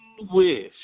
wish